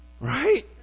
Right